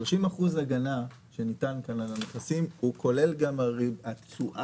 ה-30% הגנה שניתן כאן על הנכסים זה כולל גם התשואה